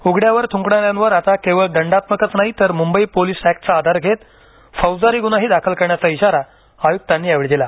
उघड्यावर थुंकणाऱ्यांवर आता केवळ दंडात्मकच नाही तर मुंबई पोलीस अँक्टचा आधार घेत फौजदारी गुन्हाही दाखल करण्याचा इशारा आयुक्तांनी यावेळी दिला